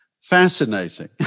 Fascinating